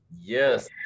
yes